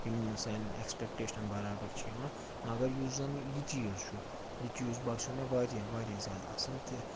یِم نہٕ سانٮ۪ن اٮ۪کٕسپٮ۪کٹیشَن بَرابر چھِ یِوان مگر یُس زَن یہِ چیٖز چھُ یہِ چیٖز باسیو مےٚ واریاہ واریاہ زیادٕ اَصٕل تہِ